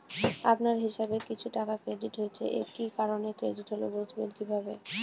আপনার হিসাব এ কিছু টাকা ক্রেডিট হয়েছে কি কারণে ক্রেডিট হল বুঝবেন কিভাবে?